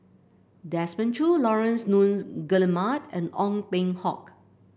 Desmond Choo Laurence Nunn Guillemard and Ong Peng Hock